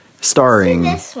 starring